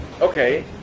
Okay